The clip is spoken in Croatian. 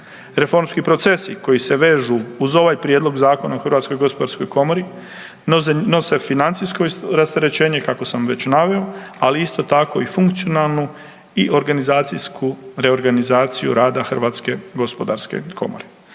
Reformski procesi koji se vežu uz ovaj Prijedlog zakona o HGK nosi financijsko rasterećenje kako sam već naveo, ali isto tako i funkcionalnu i organizacijsku reorganizaciju rada HGK. Poštovane saborske